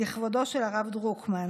לכבודו של הרב דרוקמן,